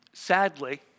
Sadly